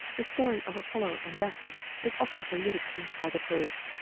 the story of apollo and daphne is often alluded to by the poets.